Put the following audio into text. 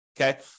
okay